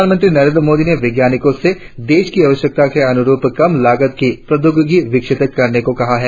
प्रधानमंत्री नरेंद्र मोदी ने वैज्ञानिकों से देश की आवश्यकता के अनुरुप कम लागत की प्रौद्योगिक विकसित करने को कहा है